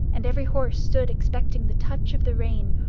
and every horse stood expecting the touch of the rein,